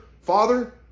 father